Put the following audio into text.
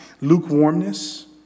lukewarmness